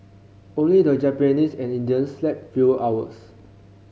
only the Japanese and Indians slept fewer hours